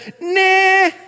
nah